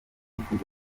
yipfuza